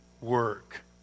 work